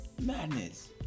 Madness